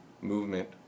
movement